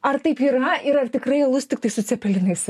ar taip yra ir ar tikrai alus tiktai su cepelinais